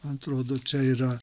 atrodo čia yra